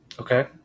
Okay